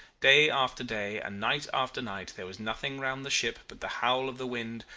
day after day and night after night there was nothing round the ship but the howl of the wind,